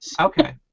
okay